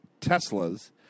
Teslas